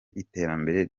iterambere